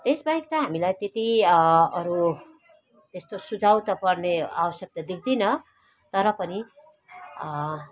यस बाहेक त हामीलाई त्यति अरू त्यस्तो सुझाव त पर्ने आवश्यक त दख्दिनँ तर पनि